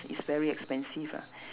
is very expensive ah